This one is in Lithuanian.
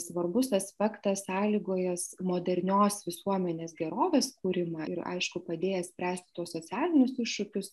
svarbus aspektas sąlygojęs modernios visuomenės gerovės kūrimą ir aišku padėjęs spręst tuos socialinius iššūkius